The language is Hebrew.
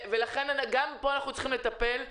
גם פה אנחנו צריכים לטפל.